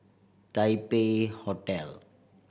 Taipei Hotel